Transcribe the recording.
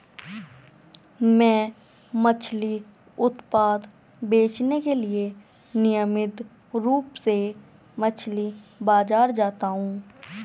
मैं मछली उत्पाद बेचने के लिए नियमित रूप से मछली बाजार जाता हूं